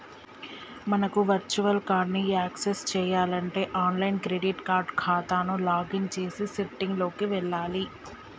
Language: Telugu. మనకు వర్చువల్ కార్డ్ ని యాక్సెస్ చేయాలంటే ఆన్లైన్ క్రెడిట్ కార్డ్ ఖాతాకు లాగిన్ చేసి సెట్టింగ్ లోకి వెళ్లాలి